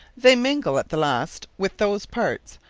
they mingle, at the last with those parts,